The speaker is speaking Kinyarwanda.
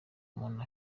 umuntu